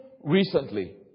recently